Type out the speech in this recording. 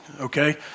Okay